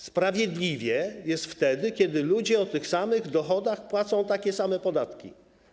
Sprawiedliwie jest wtedy, kiedy ludzie o tych samych dochodach płacą takie same podatki.